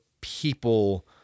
people